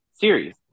series